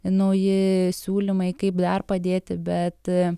nauji siūlymai kaip dar padėti bet